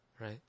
right